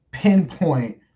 pinpoint